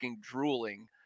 drooling